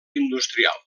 industrial